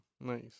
nice